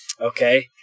Okay